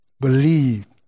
believed